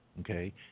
Okay